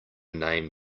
name